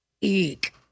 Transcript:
Eek